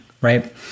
right